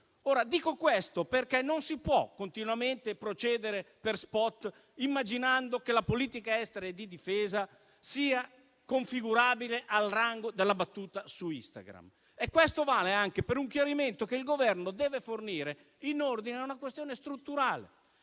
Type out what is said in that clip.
Dico questo perché non si può continuamente procedere per *spot*, immaginando che la politica estera e di difesa sia configurabile al rango della battuta su Instagram. Questo vale anche per un chiarimento che il Governo deve fornire in ordine a una questione strutturale.